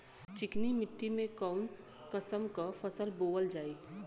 चिकनी मिट्टी में कऊन कसमक फसल बोवल जाई?